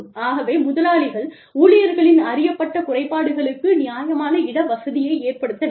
ஆகவே முதலாளிகள் ஊழியர்களின் அறியப்பட்ட குறைபாடுகளுக்கு நியாயமான இட வசதியை ஏற்படுத்த வேண்டும்